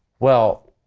well,